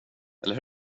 eller